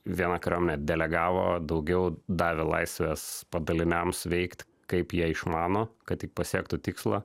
viena kariuomenė delegavo daugiau davė laisvės padaliniams veikt kaip jie išmano kad tik pasiektų tikslą